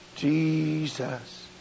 Jesus